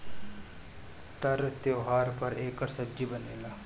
तर त्योव्हार पर एकर सब्जी बनेला